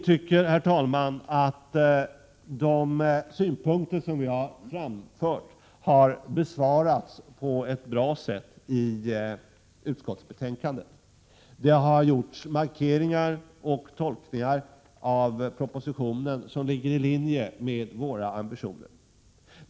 Herr talman! Vi tycker att de synpunkter som jag framfört har besvarats på ett bra sätt i utskottsbetänkandet. Det har gjorts markeringar och tolkningar av propositionen som ligger i linje med våra ambitioner.